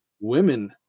women